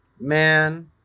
man